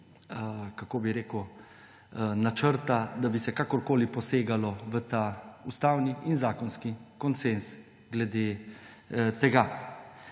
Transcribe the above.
da tu ni načrta, da bi se kakorkoli posegalo v ta ustavni in zakonski konsenz glede tega.